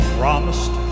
promised